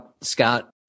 Scott